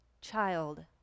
child